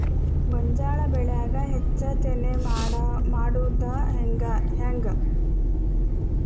ಗೋಂಜಾಳ ಬೆಳ್ಯಾಗ ಹೆಚ್ಚತೆನೆ ಮಾಡುದ ಹೆಂಗ್?